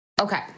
Okay